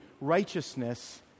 Righteousness